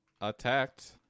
attacked